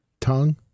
Tongue